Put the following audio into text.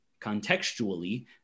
contextually